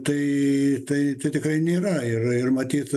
tai tai tai tikrai nėra ir ir matyt